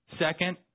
Second